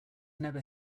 never